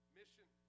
mission